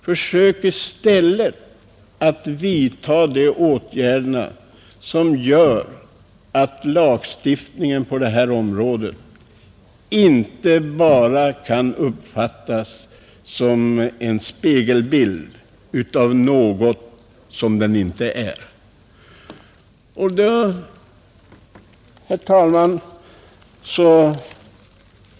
Försök i stället att vidtaga sådana åtgärder att lagstiftningen på det här området inte bara uppfattas som en spegelbild av något som den inte är. Herr talman!